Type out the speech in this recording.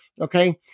Okay